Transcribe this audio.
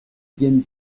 bien